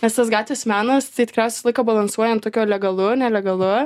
kas tas gatvės menas tai tikriausiai visą laiką balansuoja ant tokio legalu nelegalu